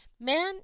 Man